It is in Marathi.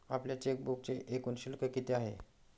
आपल्या चेकबुकचे एकूण शुल्क किती आहे?